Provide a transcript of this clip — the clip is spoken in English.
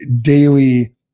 daily